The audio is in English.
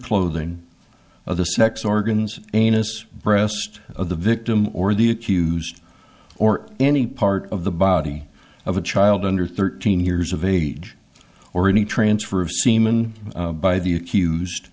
clothing of the sex organs anus breast of the victim or the accused or any part of the body of a child under thirteen years of age or any transfer of semen by the accused